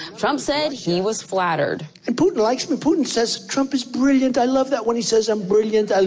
trump said he was flattered and putin likes me. putin says, trump is brilliant. i love that when he says i'm brilliant. ah